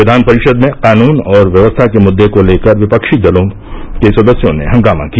विधान परिषद में कानून और व्यवस्था के मुद्दे को लेकर विपक्षी दलों के सदस्यों ने हंगामा किया